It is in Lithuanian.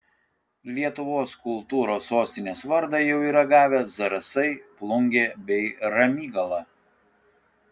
lietuvos kultūros sostinės vardą jau yra gavę zarasai plungė bei ramygala